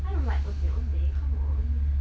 I don't like ondeh ondeh come on